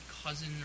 Cousin